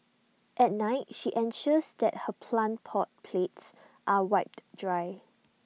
at night she ensures that her plant pot plates are wiped dry